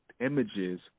images